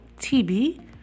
TB